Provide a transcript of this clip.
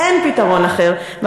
אין פתרון אחר.